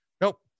nope